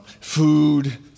food